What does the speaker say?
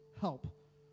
help